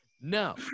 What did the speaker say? No